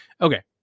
Okay